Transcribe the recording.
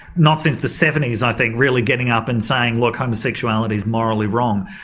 not since the seventy s i think, really getting up and saying look homosexuality's morally wrong.